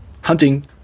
Hunting